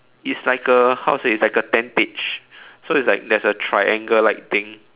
it's like a how to say it's like a tentage so there's like there's a triangle like thing